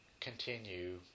continue